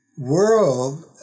World